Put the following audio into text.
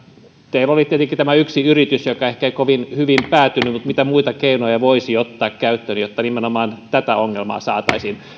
teillä oli tietenkin tämä yksi yritys joka ehkä ei kovin hyvin päättynyt mutta mitä muita keinoja voisi ottaa käyttöön jotta nimenomaan tätä ongelmaa saataisiin